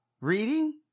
Reading